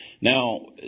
Now